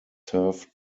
served